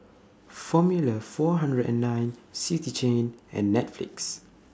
Formula four hundred and nine City Chain and Netflix